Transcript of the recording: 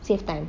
save time